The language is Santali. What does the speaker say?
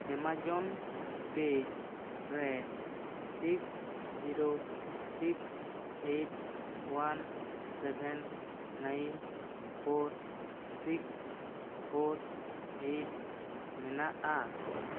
ᱮᱢᱟᱡᱚᱱ ᱯᱮ ᱨᱮ six zero six eight one seven nine four six four eight ᱢᱮᱱᱟᱜᱼᱟ